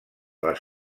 les